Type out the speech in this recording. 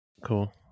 Cool